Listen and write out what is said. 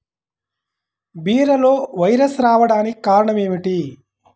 బీరలో వైరస్ రావడానికి కారణం ఏమిటి?